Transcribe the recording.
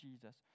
Jesus